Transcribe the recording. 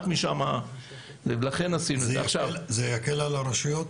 זה יקל על הרשויות?